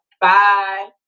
Bye